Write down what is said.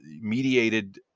mediated